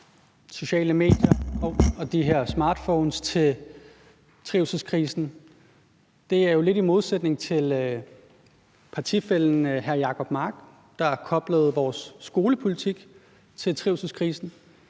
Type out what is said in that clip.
sociale medier og de her smartphones til trivselskrisen. Det er jo lidt i modsætning til partifællen hr. Jacob Mark, der koblede vores skolepolitik til trivselskrisen.